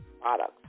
products